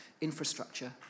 infrastructure